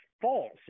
false